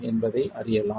என்பதை அறியலாம்